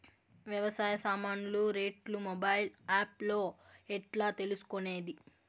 వ్యవసాయ సామాన్లు రేట్లు మొబైల్ ఆప్ లో ఎట్లా తెలుసుకునేది?